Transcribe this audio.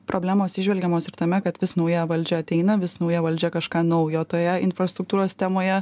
problemos įžvelgiamos ir tame kad vis nauja valdžia ateina vis nauja valdžia kažką naujo toje infrastruktūros temoje